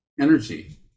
energy